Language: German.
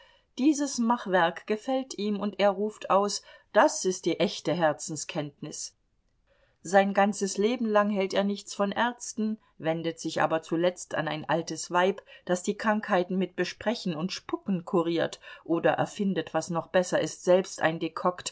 dieses machwerk gefällt ihm und er ruft aus das ist die echte herzenserkenntnis sein ganzes leben lang hält er nichts von ärzten wendet sich aber zuletzt an ein altes weib das die krankheiten mit besprechen und spucken kuriert oder erfindet was noch besser ist selbst ein dekokt